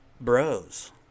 bros